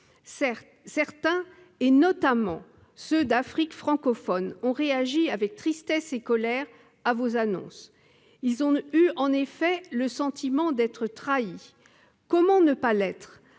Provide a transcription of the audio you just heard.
eux, notamment en Afrique francophone, ont réagi avec tristesse et colère à vos annonces. Ils ont en effet eu le sentiment d'être trahis. Comment ne pas les